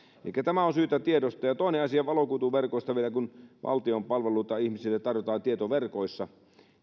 elikkä tämä on syytä tiedostaa toinen asia valokuituverkoista vielä kun valtion palveluita ihmisille tarjotaan tietoverkoissa niin